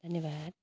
धन्यवाद